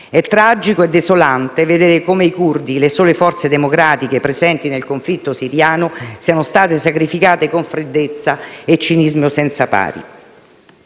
È tragico e desolante vedere come i curdi, le sole forze democratiche presenti nel conflitto siriano, siano state sacrificate con freddezza e cinismo senza pari.